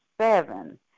seven